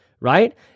right